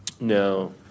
No